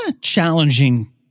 challenging